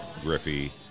Griffey